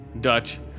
Dutch